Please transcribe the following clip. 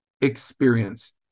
experience